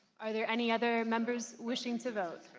are there any other members wishing to vote?